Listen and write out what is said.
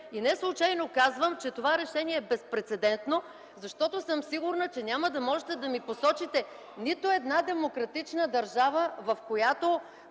И не случайно казвам, че това решение е безпрецедентно, защото съм сигурна, че няма да можете да ми посочите нито една демократична държава, в която